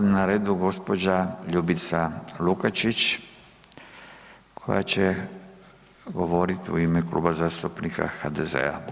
Sada je na redu gđa. Ljubica Lukačić koja će govorit u ime Kluba zastupnika HDZ-a.